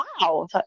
Wow